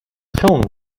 film